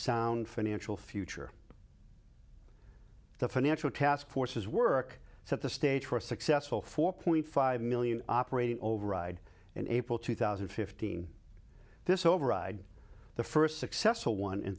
financial future the financial task forces work set the stage for a successful four point five million operating override in april two thousand and fifteen this override the first successful one